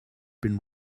been